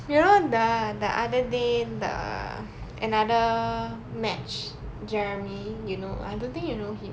you know the the other day the another match jeremy you know I don't think you know him eh